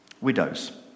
Widows